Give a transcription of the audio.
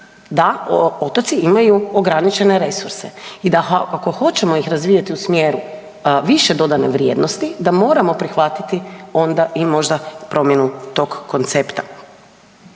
da otoci imaju ograničene resurse i da ako hoćemo ih razvijati u smjeru više dodane vrijednosti, da moramo prihvatiti onda i možda promjenu tog koncepta.